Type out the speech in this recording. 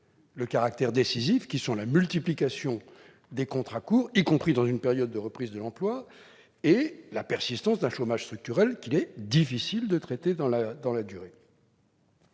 le caractère décisif. Il s'agit de la multiplication des contrats courts, y compris dans une période de reprise de l'emploi, et de la persistance d'un chômage structurel, qu'il est difficile de traiter dans la durée.